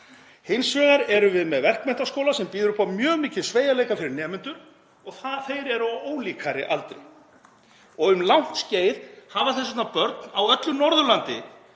Hins vegar erum við með verkmenntaskóla sem býður upp á mjög mikinn sveigjanleika fyrir nemendur og þeir eru á ólíkari aldri. Um langt skeið hafa þess vegna börn á öllu Norðurlandi